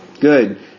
Good